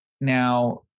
Now